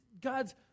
God's